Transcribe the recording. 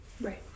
Right